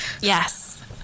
Yes